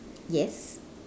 yes